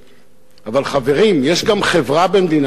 אבל, חברים, יש גם חברה במדינת ישראל,